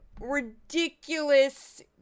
ridiculous